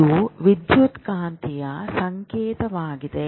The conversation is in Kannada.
ಇದು ವಿದ್ಯುತ್ಕಾಂತೀಯ ಸಂಕೇತವಾಗಿದೆ